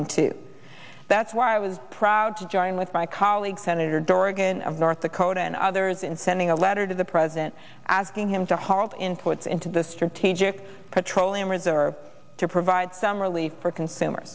and two that's why i was proud to join with my colleague senator dorgan of north dakota and others in sending a letter to the president asking him to halt imports into the strategic petroleum reserve to provide some relief for consumer